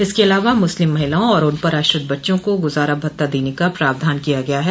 इसके अलावा मुस्लिम महिलाओं और उन पर आश्रित बच्चों को गुजारा भत्ता देने का प्रावधान किया गया है